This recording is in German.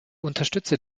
unterstütze